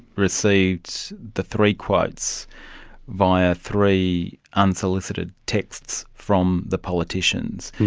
received the three quotes via three unsolicited texts from the politicians.